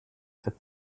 for